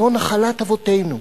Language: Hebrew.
זו נחלת אבותינו.